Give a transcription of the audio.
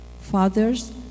Fathers